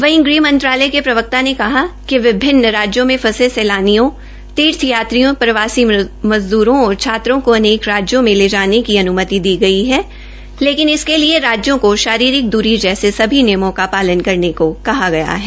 वहीं गृह मंत्रालय ने कहा कि विभिन्न राज्यों में फसे सेलानियों तीर्थयात्रियों प्रवासी मज़द्रों और छात्रों को अनेक राज्यों में ले जाने की अनुमति दी गई है लेकिन इसके लिए राज्यों को शारीरिक दूरी जैसे सभी नियमों का पालन करने को कहा गया है